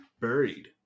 buried